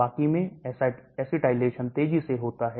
बाकी मैं acetylation तेजी से होता है